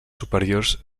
superiors